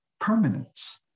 permanent